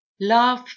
Love